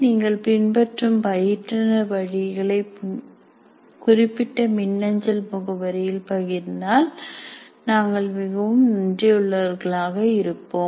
நீங்கள் பின்பற்றும் பயிற்றுனர் வழிகளை குறிப்பிட்ட மின்னஞ்சல் முகவரியில் பகிர்ந்தால் நாங்கள் மிகவும் நன்றி உள்ளவர்களாக இருப்போம்